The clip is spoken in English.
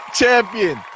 champion